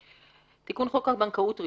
"תיקון חוק הבנקאות (רישוי)